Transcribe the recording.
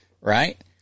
right